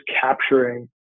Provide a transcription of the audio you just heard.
capturing